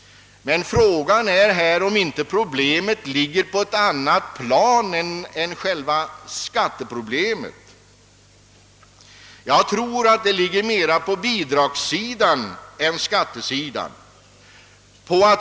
Men problemet ligger kanske inte direkt på skatteplanet, utan mer på bidragssidan.